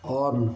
on